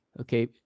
okay